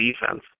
defense